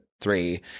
three